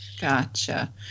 Gotcha